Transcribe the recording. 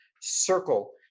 circle